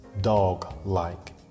dog-like